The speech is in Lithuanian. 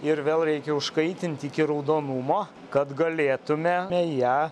ir vėl reikia užkaitinti iki raudonumo kad galėtume ją